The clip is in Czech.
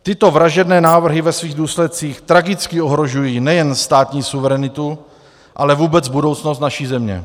Tyto vražedné návrhy ve svých důsledcích tragicky ohrožují nejen státní suverenitu, ale vůbec budoucnost naší země.